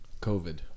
COVID